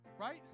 Right